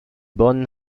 bonn